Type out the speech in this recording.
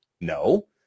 No